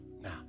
Now